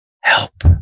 Help